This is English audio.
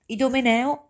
Idomeneo